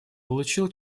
получил